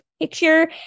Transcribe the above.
picture